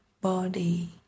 body